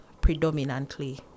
predominantly